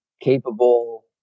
capable